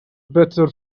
better